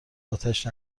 اتش